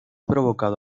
provocado